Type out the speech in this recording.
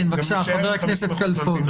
בבקשה, חבר הכנסת כלפון.